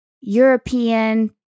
European